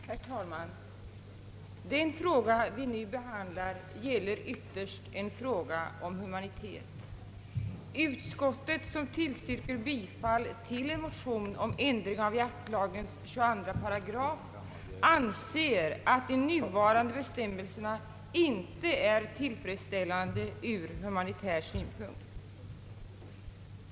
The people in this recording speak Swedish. Herr talman! Den fråga vi nu behandlar gäller ytterst en fråga om humanitet. Utskottet, som tillstyrker bifall till en anser att de nuvarande bestämmelserna inte är tillfredsställande ur humanitär synpunkt.